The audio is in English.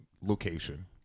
location